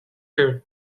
her